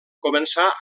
començà